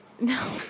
No